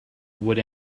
would